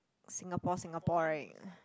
Singapore Singaporean